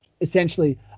essentially